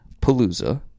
Palooza